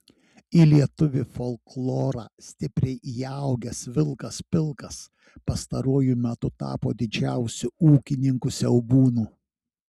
į lietuvių folklorą stipriai įaugęs vilkas pilkas pastaruoju metu tapo didžiausiu ūkininkų siaubūnu